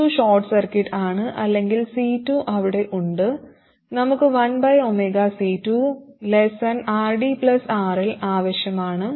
C2 short circuit ആണ് അല്ലെങ്കിൽ C2 അവിടെ ഉണ്ട് നമുക്ക് 1C2RDRL ആവശ്യമാണ്